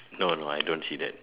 no no I don't see that